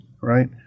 right